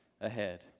ahead